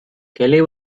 kelly